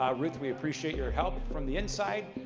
um ruth, we appreciate your help from the inside.